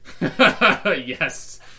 Yes